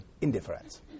indifference